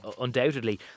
undoubtedly